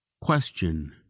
question